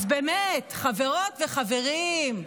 אז באמת, חברות וחברים,